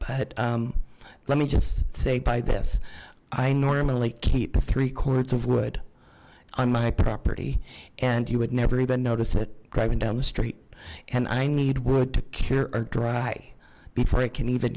but let me just say by this i normally keep three cords of wood on my property and you would never even notice it driving down the street and i need wood to cure dry before i can even